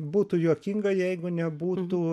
būtų juokinga jeigu nebūtų